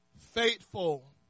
faithful